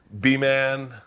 B-Man